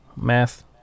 Math